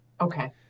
okay